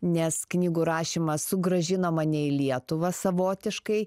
nes knygų rašymas sugrąžino mane į lietuvą savotiškai